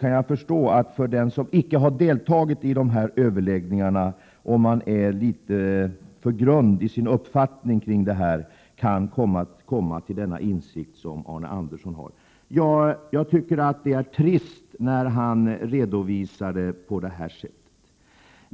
kan jag förstå att den som icke har deltagit i överläggningarna, om han är litet för grund i sin uppfattning, kan komma till den åsikt som Arne Andersson har. Jag tycker det är trist när han redovisar den på det här sättet.